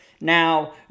Now